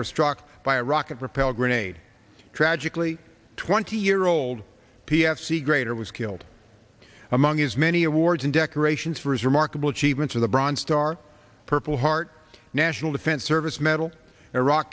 were struck by a rocket propelled grenade tragically twenty year old p f c greater was killed among his many awards and decorations for his remarkable achievements of the bronze star purple heart national defense service medal iraq